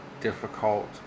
Difficult